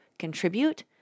contribute